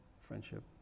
friendship